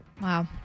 Wow